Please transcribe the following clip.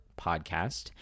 Podcast